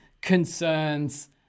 concerns